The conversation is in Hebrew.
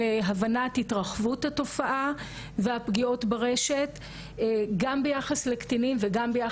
בהחלט בשנים האחרונות, מפברואר 2018 ועד היום.